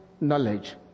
knowledge